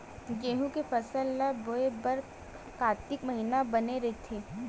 गेहूं के फसल ल बोय बर कातिक महिना बने रहि का?